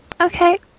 Okay